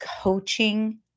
coaching